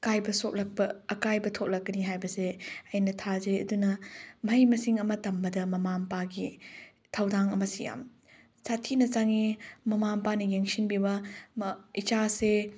ꯑꯀꯥꯏꯕ ꯁꯣꯛꯂꯛꯄ ꯑꯀꯥꯏꯕ ꯊꯣꯛꯂꯛꯀꯅꯤ ꯍꯥꯏꯕꯁꯦ ꯑꯩꯅ ꯊꯥꯖꯩ ꯑꯗꯨꯅ ꯃꯍꯩ ꯃꯤꯁꯡ ꯑꯃ ꯇꯝꯕꯗ ꯃꯃꯥ ꯃꯄꯥꯒꯤ ꯊꯧꯗꯥꯡ ꯑꯃꯁꯤ ꯌꯥꯝ ꯁꯥꯊꯤꯅ ꯆꯪꯉꯦ ꯃꯃꯥ ꯃꯄꯥꯅ ꯌꯦꯡꯁꯤꯟꯕꯤꯕ ꯏꯆꯥꯁꯦ